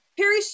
Perry